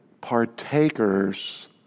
partakers